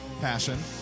Passion